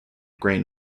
grain